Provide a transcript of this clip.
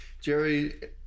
Jerry